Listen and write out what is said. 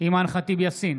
אימאן ח'טיב יאסין,